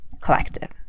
Collective